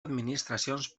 administracions